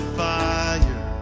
fire